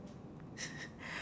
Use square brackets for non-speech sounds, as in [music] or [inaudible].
[laughs]